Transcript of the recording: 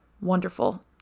wonderful